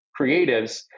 creatives